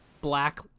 black